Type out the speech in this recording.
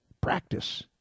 practice